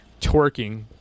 twerking